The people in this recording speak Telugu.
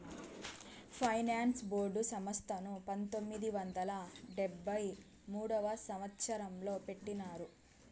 ఫైనాన్స్ బోర్డు సంస్థను పంతొమ్మిది వందల డెబ్భై మూడవ సంవచ్చరంలో పెట్టినారు